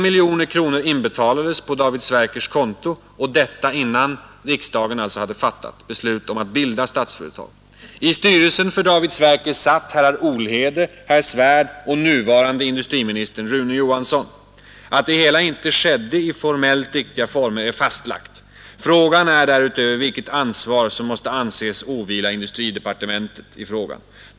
miljoner kronor inbetalades på David Sverkers konto — och detta innan Rune Johansson. Att det hela inte skedde i formellt riktiga former är förenade fastlagt. Frågan är därutöver vilket ansvar som måste anses åvila fabriksverken industridepartementet i frågan.